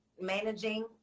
managing